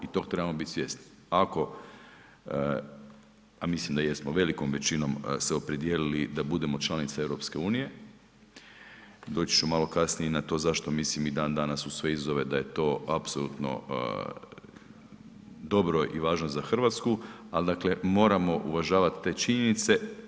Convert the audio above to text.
I tog trebamo biti svjesni, ako, a mislim da jesmo velikom većinom se opredijelili da budemo članice EU, doći ću malo kasnije i na to zašto mislim i dan danas uz sve izazove da je to apsolutno dobro i važno za Hrvatsku, ali dakle moramo uvažavati te činjenice.